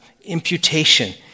imputation